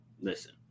Listen